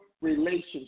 relationship